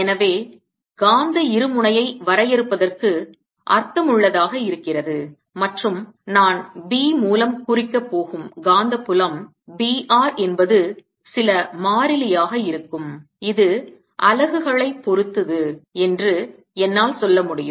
எனவே காந்த இருமுனையை வரையறுப்பதற்கு அர்த்தமுள்ளதாக இருக்கிறது மற்றும் நான் B மூலம் குறிக்கப் போகும் காந்தப் புலம் B r என்பது சில மாறிலியாக இருக்கும் இது அலகுகளைப் பொறுத்தது என்று என்னால் சொல்ல முடியும்